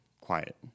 Quiet